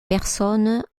personnes